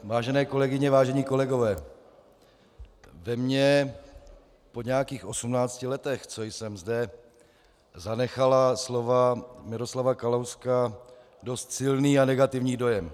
Vážené kolegyně, vážení kolegové, ve mně po nějakých osmnácti letech, co jsem zde, zanechala slova Miroslava Kalouska dost silný a negativní dojem.